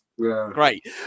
great